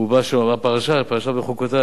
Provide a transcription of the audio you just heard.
הפרשה היא פרשת בחוקותי,